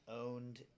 owned